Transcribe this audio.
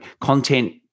content